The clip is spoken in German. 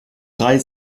drei